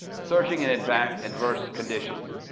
searching in adverse adverse conditions